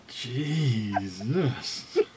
jesus